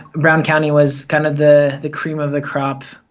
brown county was kind of the the cream of the crop,